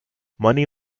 money